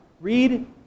Read